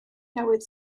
newydd